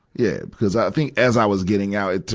yeah, because i think, as i was getting out, it